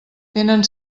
tenen